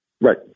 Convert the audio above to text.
Right